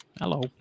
Hello